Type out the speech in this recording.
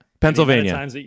Pennsylvania